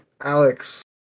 Alex